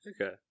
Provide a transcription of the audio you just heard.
Okay